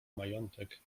majątek